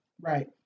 Right